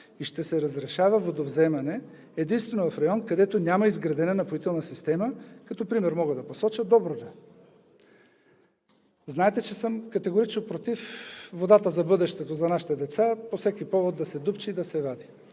и ще се разрешава водовземане единствено в район, където няма изградена напоителна система. Като пример мога да посоча Добруджа. Знаете, че съм категорично против водата за бъдещето, за нашите деца, по всеки повод да се дупчи и да се вади.